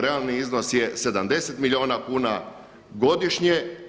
Realni iznos je 70 milijuna kuna godišnje.